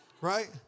Right